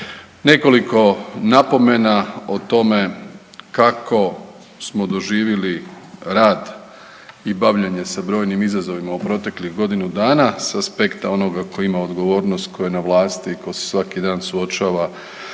Nekoliko napomena o tome kako smo doživjeli rad i bavljenje sa brojnim izazovima u proteklih godinu dana sa aspekta onoga koji ima odgovornost, koji je na vlasti i tko se svaki dan suočava